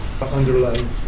underlying